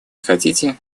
хотите